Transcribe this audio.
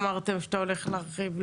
אמרתם שאתה הולך להרחיב,